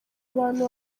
abantu